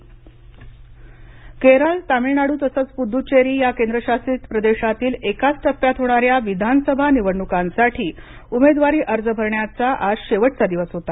निवडणका अर्ज केरळ तामिळनाडू तसेच पुडुचेरी या केंद्रशासित प्रदेशातील एकाच टप्प्यात होणाऱ्या विधानसभा निवडणुकांसाठी उमेदवारी अर्ज भरण्याचा आज शेवटचा दिवस होता